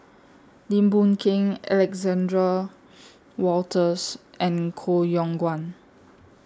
Lim Boon Keng Alexander Wolters and Koh Yong Guan